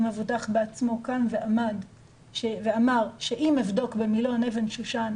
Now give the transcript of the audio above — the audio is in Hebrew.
המבוטח בעצמו קם ואמר שאם אבדוק במילון אבן שושן,